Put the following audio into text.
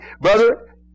Brother